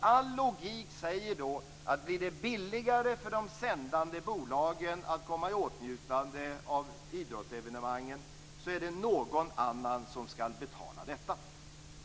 All logik säger då att blir det billigare för de sändande bolagen att komma i åtnjutande av idrottsevenemangen så är det någon annan som skall betala detta.